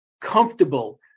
comfortable